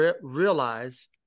realize